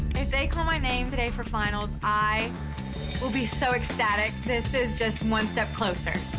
if they call my name today for finals, i will be so ecstatic, this is just one step closer.